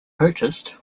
purchased